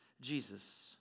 Jesus